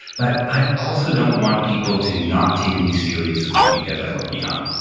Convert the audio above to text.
but i also don't want people to not take me seriously because i look young